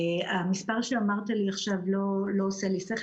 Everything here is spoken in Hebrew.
המספר שאמרת לי עכשיו לא עושה לי שכל.